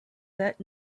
that